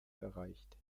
erreicht